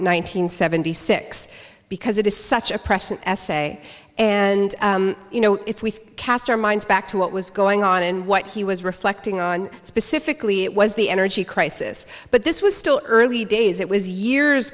hundred seventy six because it is such a present essay and you know if we cast our minds back to what was going on and what he was reflecting on specifically it was the energy crisis but this was still early days it was years